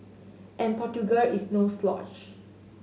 and Portugal is no slouch